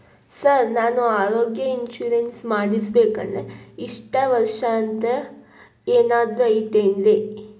Sir ನಾನು ಆರೋಗ್ಯ insurance ಮಾಡಿಸ್ಬೇಕಂದ್ರೆ ಇಷ್ಟ ವರ್ಷ ಅಂಥ ಏನಾದ್ರು ಐತೇನ್ರೇ?